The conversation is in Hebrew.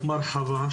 15:01) מרחבא,